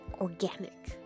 organic